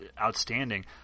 outstanding